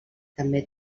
també